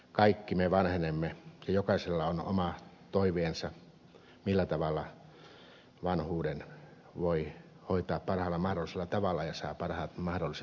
kaikki me vanhenemme ja jokaisella on oma toiveensa millä tavalla vanhuuden voi hoitaa parhaalla mahdollisella tavalla ja saada parhaat mahdolliset palvelut